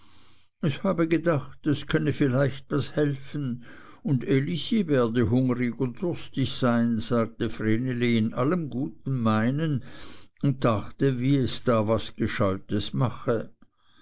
es habe gedacht es könne vielleicht was helfen und elisi werde hungrig und durstig sein sagte vreneli in allem guten meinen und dachte wie es da was gescheutes mache